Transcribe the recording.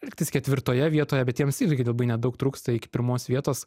lygtais ketvirtoje vietoje bet jiems irgi labai nedaug trūksta iki pirmos vietos